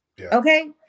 Okay